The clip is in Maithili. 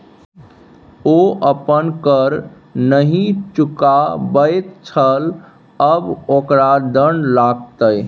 ओ अपन कर नहि चुकाबैत छल आब ओकरा दण्ड लागतै